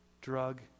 drug